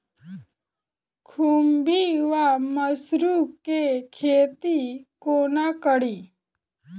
खुम्भी वा मसरू केँ खेती कोना कड़ी?